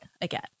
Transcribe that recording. again